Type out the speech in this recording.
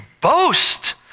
boast